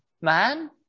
man